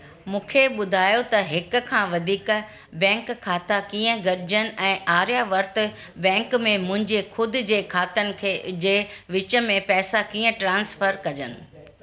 मूंखे ॿुधायो त हिक खां वधीक बैंक खाता कीअं गॾिजनि ऐं आर्यावर्त बैंक में मुंहिंजे ख़ुदि जे खातनि जे विच में पैसा कीअं ट्रान्सफर कजनि